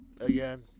again